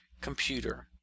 computer